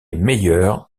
meilleur